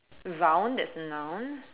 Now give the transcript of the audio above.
round that's a noun